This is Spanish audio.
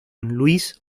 luis